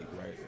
right